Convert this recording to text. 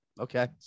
Okay